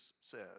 says